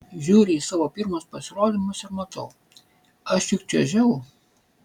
žiūriu į savo pirmus pasirodymus ir matau aš juk čiuožiau